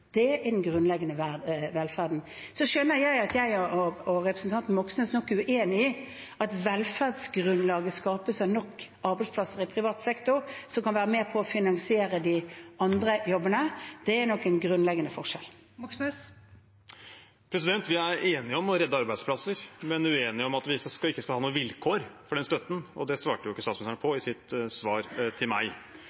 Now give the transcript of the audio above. Det er den grunnleggende velferden. Jeg skjønner at representanten Moxnes og jeg nok er uenige om at velferdsgrunnlaget skapes av nok arbeidsplasser i privat sektor som kan være med på å finansiere de andre jobbene. Det er nok en grunnleggende forskjell. Vi er enige om å redde arbeidsplasser, men uenige om at vi ikke skal ha noen vilkår for den støtten, og det svarte ikke statsministeren på